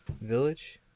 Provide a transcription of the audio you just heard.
Village